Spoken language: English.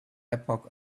epoch